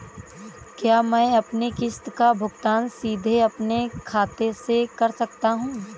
क्या मैं अपनी किश्त का भुगतान सीधे अपने खाते से कर सकता हूँ?